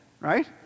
right